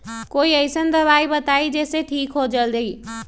कोई अईसन दवाई बताई जे से ठीक हो जई जल्दी?